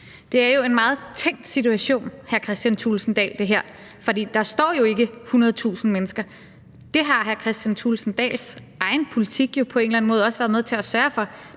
Det er jo en meget tænkt situation, vil jeg sige til hr. Kristian Thulesen Dahl, for der står jo ikke 100.000 mennesker. Det har hr. Kristian Thulesen Dahls egen politik jo på en eller anden måde også været med til at sørge for.